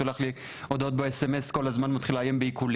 שולח לי הודעות ב- SMS ומאיים בעיקולים.